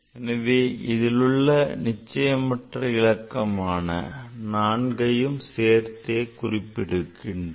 எனவே இதிலுள்ள நிச்சயமற்ற இலக்கமான 4யும் சேர்த்து குறிப்பிடுகிறோம்